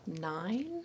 Nine